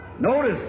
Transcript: notice